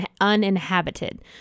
uninhabited